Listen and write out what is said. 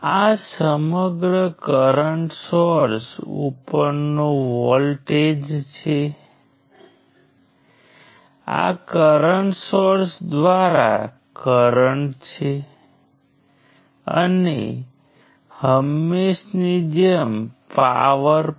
ત્યાં ત્રણ લૂપ્સ છે પરંતુ તેના શબ્દોમાં ફક્ત એક ઈન્ડિપેન્ડેન્ટ લૂપ્સ છે તેથી આપણે આ લૂપ અને તે લૂપ અથવા તેમાંથી કોઈપણ બે લઈ શકીએ છીએ તેમાંથી માત્ર બે જ ઈન્ડિપેન્ડેન્ટ હશે